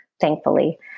thankfully